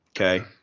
okay